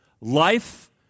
Life